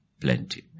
plenty